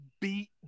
beat